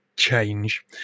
change